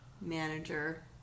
Manager